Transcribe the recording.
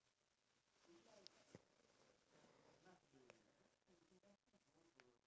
and he opened a company to teach other individuals how to make videos like him